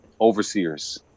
overseers